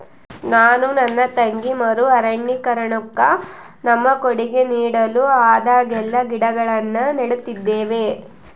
ನಾನು ನನ್ನ ತಂಗಿ ಮರು ಅರಣ್ಯೀಕರಣುಕ್ಕ ನಮ್ಮ ಕೊಡುಗೆ ನೀಡಲು ಆದಾಗೆಲ್ಲ ಗಿಡಗಳನ್ನು ನೀಡುತ್ತಿದ್ದೇವೆ